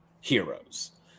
heroes